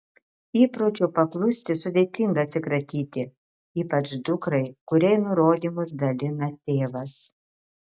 įpročio paklusti sudėtinga atsikratyti ypač dukrai kuriai nurodymus dalina tėvas